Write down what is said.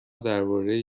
درباره